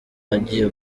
agiye